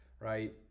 right